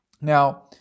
Now